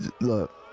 Look